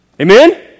Amen